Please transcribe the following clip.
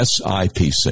SIPC